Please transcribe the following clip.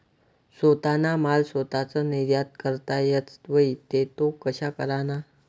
सोताना माल सोताच निर्यात करता येस व्हई ते तो कशा कराना?